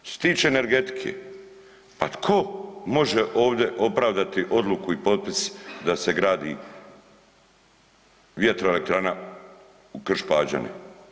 Što se tiče energetike, pa tko može ovdje opravdati odluku i potpis da se gradi vjetroelektrana u Krš-Pađene?